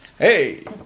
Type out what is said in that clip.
Hey